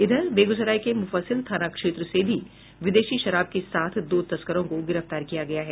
इधर बेगूसराय के मुफस्सिल थाना क्षेत्र से भी विदेशी शराब के साथ दो तस्करों को गिरफ्तार किया गया है